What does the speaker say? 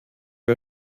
die